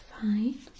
fine